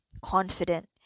confident